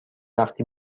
وقتی